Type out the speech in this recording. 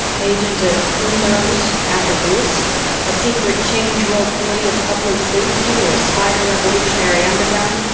agent of who knows, after bruce a secret change world committee of public safety or spider revolutionary underground,